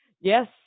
Yes